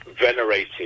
venerated